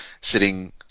sitting